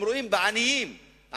הם רואים בעניים את הבעיה.